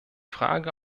frage